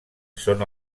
són